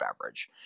beverage